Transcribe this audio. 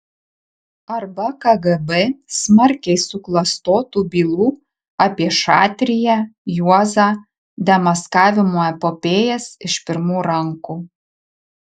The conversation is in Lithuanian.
arba kgb smarkiai suklastotų bylų apie šatriją juozą demaskavimų epopėjas iš pirmų rankų